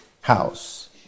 house